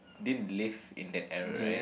didn't live in that era right